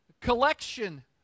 collection